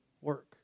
work